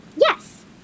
Yes